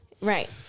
Right